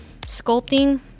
sculpting